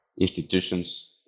institutions